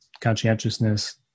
conscientiousness